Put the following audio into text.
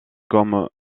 comme